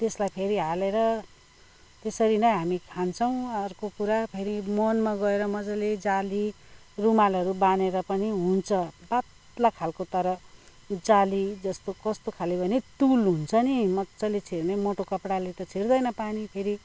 त्यसलाई फेरि हालेर त्यसरी नै हामी खाँन्छौँ अर्को कुरा फेरि मनमा गएर मजाले जाली रुमालहरू बाँधेर पनि हुन्छ पातला खालको तर जाली जस्तो कस्तो खाले भने तुल हुन्छ नि मजाले छिर्ने मोटो कपडाले त छिर्दैन पानी फेरि